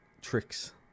tricks